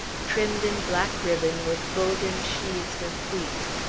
trimmed in black ribbon with golden sheaves of wheat.